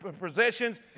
possessions